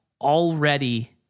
already